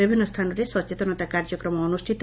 ବିଭିନ୍ନ ସ୍ଥାନରେ ସଚେତନତା କାର୍ଯ୍ୟକ୍ରମ ଅନୁଷ୍ଠିତ